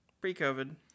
Pre-COVID